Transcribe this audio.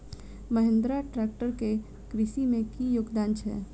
Mahindra tractor केँ कृषि मे की योगदान छै?